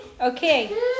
Okay